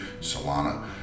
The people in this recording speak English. solana